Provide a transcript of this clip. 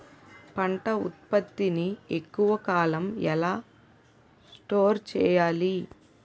పంట ఉత్పత్తి ని ఎక్కువ కాలం ఎలా స్టోర్ చేయాలి?